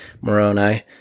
Moroni